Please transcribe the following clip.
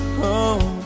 home